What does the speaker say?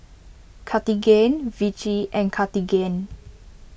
Cartigain Vichy and Cartigain